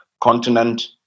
continent